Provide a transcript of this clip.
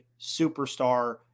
superstar